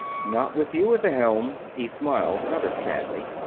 not with you at the helm. he smiled rather sadly.